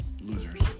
losers